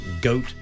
goat